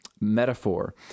metaphor